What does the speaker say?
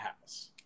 house